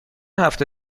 هفته